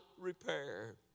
repair